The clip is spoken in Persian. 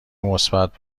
مثبت